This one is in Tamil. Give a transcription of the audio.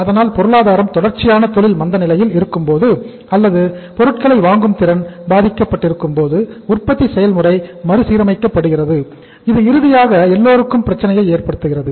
அதனால் பொருளாதாரம் தொடர்ச்சியான தொழில் மந்த நிலையில் இருக்கும் போது அல்லது பொருட்களை வாங்கும் திறன் பாதிக்கப்பட்டிருக்கும் போது உற்பத்தி செயல்முறை மறுசீரமைக்கபடுகிறது இது இறுதியாக எல்லோருக்கும் பிரச்சனையை ஏற்படுத்துகிறது